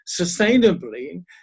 sustainably